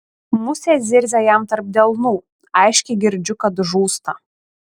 musė zirzia jam tarp delnų aiškiai girdžiu kad žūsta